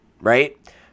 right